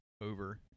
over